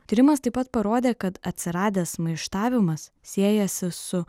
tyrimas taip pat parodė kad atsiradęs maištavimas siejasi su